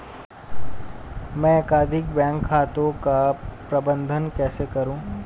मैं एकाधिक बैंक खातों का प्रबंधन कैसे करूँ?